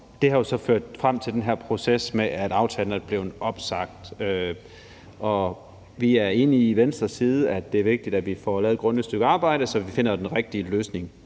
jo så ført frem til den her proces med, at aftalen er blevet opsagt. Vi er fra Venstres side enige i, at det er vigtigt, at vi får lavet et grundigt stykke arbejde, så vi finder den rigtige løsning